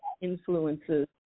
influences